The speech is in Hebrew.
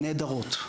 נהדרות.